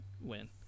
win